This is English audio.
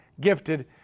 gifted